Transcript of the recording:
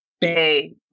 Bay